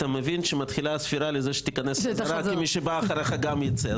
אתה מבין שמתחילה הספירה לזה שתיכנס רק כי מי שבא אחריך גם ייצא,